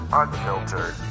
unfiltered